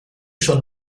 schon